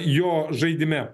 jo žaidime